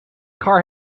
car